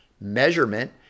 measurement